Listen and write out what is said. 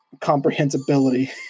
comprehensibility